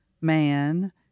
man